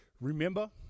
remember